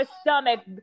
stomach